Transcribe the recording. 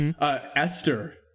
Esther